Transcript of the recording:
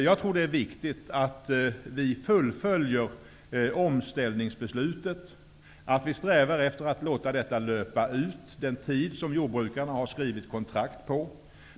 Jag tror att det är viktigt att vi fullföljer omställningsbeslutet. Vi bör låta det löpa ut under den tid som kontraktet med jordbrukarna gäller.